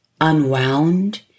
unwound